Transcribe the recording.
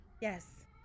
Yes